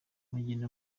mugeni